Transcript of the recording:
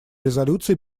резолюций